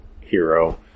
hero